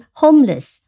homeless